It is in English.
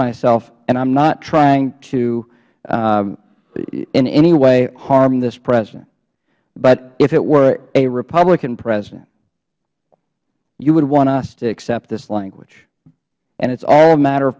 myself and i am not trying to in any way harm this president but if it were a republican president you would want us to accept this language it is all a matter of